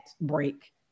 break